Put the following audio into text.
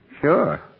Sure